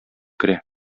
керә